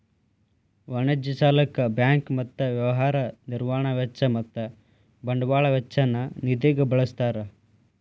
ವಾಣಿಜ್ಯ ಸಾಲಕ್ಕ ಬ್ಯಾಂಕ್ ಮತ್ತ ವ್ಯವಹಾರ ನಿರ್ವಹಣಾ ವೆಚ್ಚ ಮತ್ತ ಬಂಡವಾಳ ವೆಚ್ಚ ನ್ನ ನಿಧಿಗ ಬಳ್ಸ್ತಾರ್